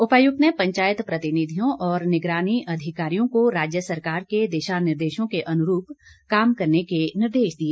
उपायुक्त ने पंचायत प्रतिनिधियों और निगरानी अधिकारियों को राज्य सरकार के दिशा निर्देशों के अनुरूप काम करने के निर्देश दिए